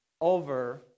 over